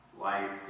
Life